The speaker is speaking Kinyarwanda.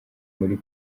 muri